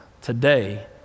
today